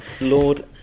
Lord